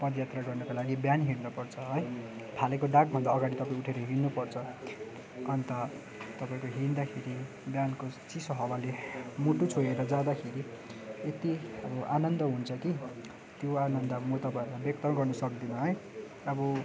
पदयात्रा गर्नको लागि बिहानै हिँड्नपर्छ है भालेको डाकभन्दा अगाडि तपाईँ उठेर हिँड्नपर्छ अन्त तपाईँको हिँड्दाखेरि बिहानको चिसो हावाले मुटु छोएर जाँदाखेरि यति अब आनन्द हुन्छ कि त्यो आनन्द म तपाईँहरूलाई व्यक्त गर्नु सक्दिनँ है अब